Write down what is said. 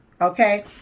okay